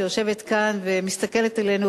שיושבת כאן ומסתכלת עלינו,